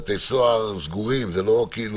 לפי הוראות החוק נדרשנו לדווח לוועדה על מספר בקשות